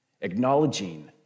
acknowledging